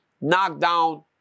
knockdown